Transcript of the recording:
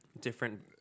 different